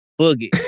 Boogie